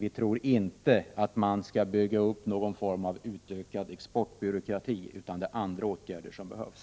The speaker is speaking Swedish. Vi tror inte att man bör bygga upp något slags ökad exportbyråkrati, utan det är andra åtgärder som behövs.